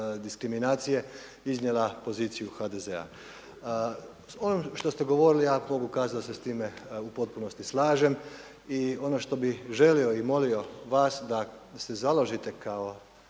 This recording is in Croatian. diskriminacije iznijela poziciju HDZ-a. Ono što ste govorili, a mogu kazati da se s time u potpunosti slažem i ono što bi želio i molio vas da se založite kao